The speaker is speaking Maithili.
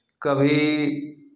कभी